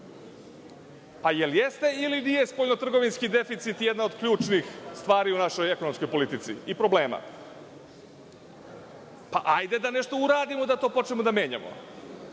Da li jeste ili nije spoljnotrgovinski deficit jedna od ključnih stvari u našoj ekonomskoj politici i problema? Hajde da nešto uradimo da to počnemo da menjamo,